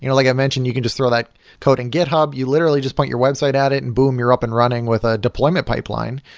you know like i mentioned, you can just throw that code in github. you literally just point your website at it and, boom, you're up and running with a deployment pipeline.